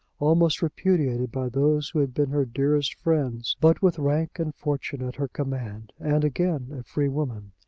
almost repudiated by those who had been her dearest friends but with rank and fortune at her command and again a free woman.